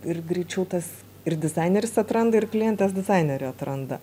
ir greičiau tas ir dizaineris atranda ir klientas dizainerį atranda